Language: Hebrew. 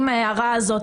עם ההערה הזאת,